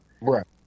Right